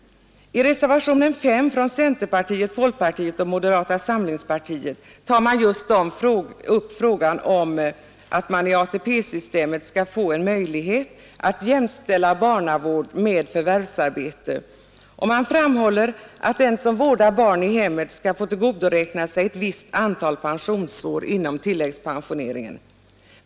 I reservationen 5 från centerpartiet, folkpartiet och moderata samlingspartiet tar man upp frågan om att i ATP-systemet införa en möjlighet att jämställa barnavård med förvärvsarbete. Man framhåller att den som vårdar barn i hemmet bör få tillgodoräkna sig visst antal pensionsår inom tilläggspensioneringen.